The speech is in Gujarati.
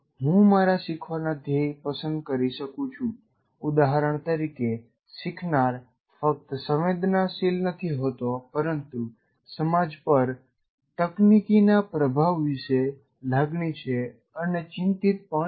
હું મારું શીખવાના ધ્યેય પસંદ કરી શકું છું ઉદાહરણ તરીકે શીખનાર ફક્ત સંવેદનાશીલ નથી હોતો પરંતુ સમાજ પર તકનીકીના પ્રભાવ વિશે લાગણી છે અને ચિંતિત પણ છે